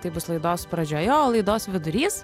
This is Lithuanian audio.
tai bus laidos pradžioje laidos vidurys